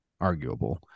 arguable